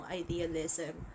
idealism